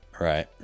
Right